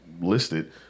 listed